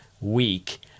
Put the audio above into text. week